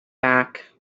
back